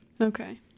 Okay